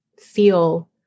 feel